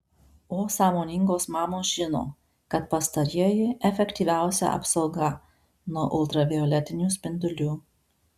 o sąmoningos mamos žino kad pastarieji efektyviausia apsauga nuo ultravioletinių spindulių